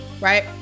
right